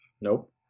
Nope